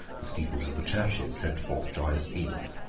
the steeples of the churches sent forth joyous peals.